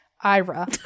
Ira